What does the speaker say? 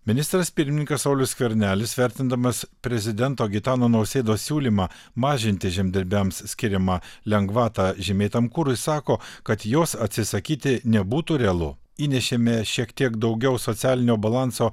ministras pirmininkas saulius skvernelis vertindamas prezidento gitano nausėdos siūlymą mažinti žemdirbiams skiriamą lengvatą žymėtam kurui sako kad jos atsisakyti nebūtų realu įnešėme šiek tiek daugiau socialinio balanso